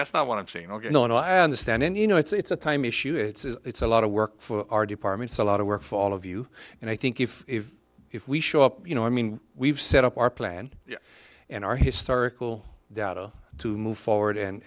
that's not what i'm saying ok no no i understand and you know it's a time issue it's a lot of work for our departments a lot of work for all of you and i think if if we show up you know i mean we've set up our plan and our historical data to move forward and